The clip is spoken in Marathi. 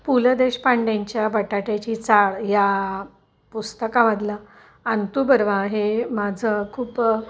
पु ल देशपांडेंच्या बटाट्याची चाळ या पुस्तकामधलं अंतू बर्वा हे माझं खूप